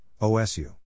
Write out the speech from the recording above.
OSU